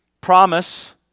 promise